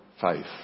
faith